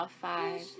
five